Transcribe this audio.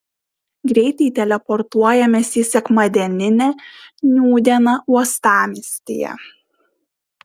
greitai teleportuojamės į sekmadieninę nūdieną uostamiestyje